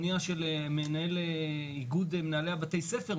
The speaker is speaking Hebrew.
לא כל כך הבנתי את הטרוניה של מנהל איגוד מנהלי בתי הספר,